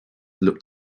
looked